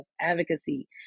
advocacy